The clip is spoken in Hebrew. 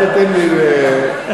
אתם עושים פוליטיקה,